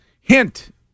Hint